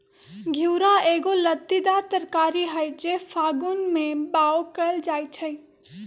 घिउरा एगो लत्तीदार तरकारी हई जे फागुन में बाओ कएल जाइ छइ